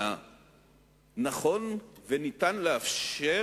נכון וניתן לאפשר